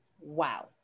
wow